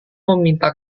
meminta